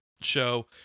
show